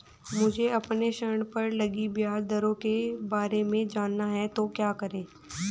मुझे अपने ऋण पर लगी ब्याज दरों के बारे में जानना है तो क्या करें?